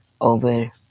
over